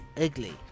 ugly